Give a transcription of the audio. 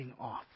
off